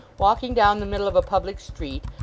walking down the middle of a public street,